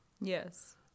Yes